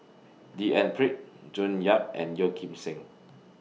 D N Pritt June Yap and Yeo Kim Seng